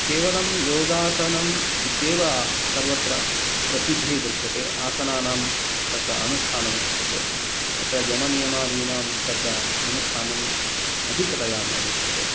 केवलं योगासनम् इत्येव सर्वत्र प्रसिद्धिः दृश्यते आसनानां तत् अनुष्ठानं दृश्यते तत्र यमनियमादिनां तत्र अनुष्ठानम् अधिकतया न दृश्यते